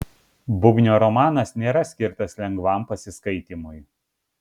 bubnio romanas nėra skirtas lengvam pasiskaitymui